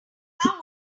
how